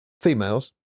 females